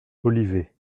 olivet